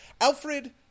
Alfred –